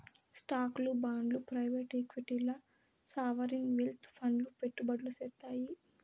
స్టాక్లు, బాండ్లు ప్రైవేట్ ఈక్విటీల్ల సావరీన్ వెల్త్ ఫండ్లు పెట్టుబడులు సేత్తాయి